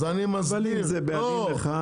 אז יכול להיות שהנוסח לא מוצלח.